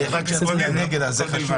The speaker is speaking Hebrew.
אני רק נגד על זה בלבד,